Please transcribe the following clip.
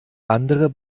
andere